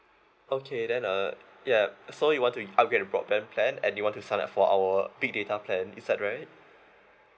okay then uh yup so you want to upgrade the broadband plan and you want to sign up for our big data plan is that right